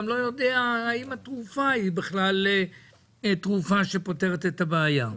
לא יודע האם התרופה היא בכלל תרופה שפותרת את הבעיה.